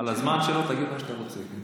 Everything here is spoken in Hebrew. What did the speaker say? על הזמן שלו תגיד מה שאתה רוצה.